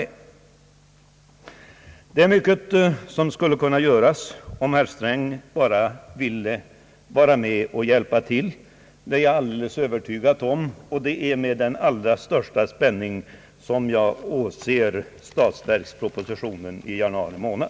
Det är mycket som skulle kunna göras om herr Sträng bara ville hjälpa till. Det är jag alldeles övertygad om. Det är därför med den allra största spänning som jag emotser statsverkspropositionen i januari månad.